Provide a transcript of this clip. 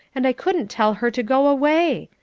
and i couldn't tell her to go away.